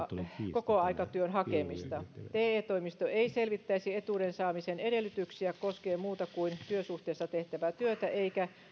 kokoaikatyön hakemista te toimisto ei selvittäisi etuuden saamisen edellytyksiä koskien muuta kuin työsuhteessa tehtävää työtä eikä